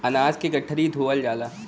अनाज के गठरी धोवल जाला